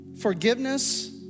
Forgiveness